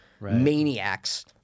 maniacs